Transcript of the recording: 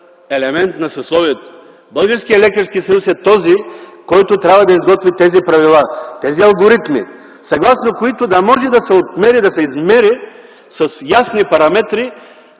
елемент на съсловието. Българският лекарски съюз е този, който трябва да изготви тези правила, тези алгоритми, съгласно които да може да се отмери, да се измери с ясни параметри